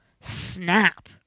Snap